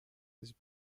his